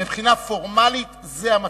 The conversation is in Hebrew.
מבחינה פורמלית, זה המצב.